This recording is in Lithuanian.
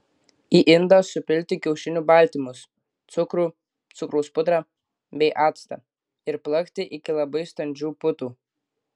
į indą supilti kiaušinių baltymus cukrų cukraus pudrą bei actą ir plakti iki labai standžių putų